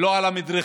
ולא על המדרכה.